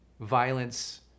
violence